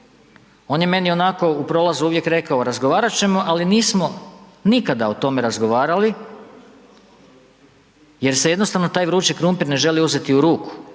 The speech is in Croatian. on je meni onako u prolazu uvijek rekao razgovarat ćemo, ali nismo nikada o tome razgovarali jer se jednostavno taj vrući krumpir ne želi uzeti u ruku,